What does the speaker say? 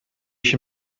ich